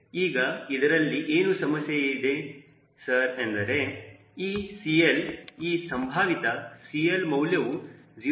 ಈಗ ಇದರಲ್ಲಿ ಏನು ಸಮಸ್ಯೆ ಇದೆ ಸರ್ ಎಂದರೆ ಈ CL ಈ ಸಂಭಾವಿತ CL ಮೌಲ್ಯವು 0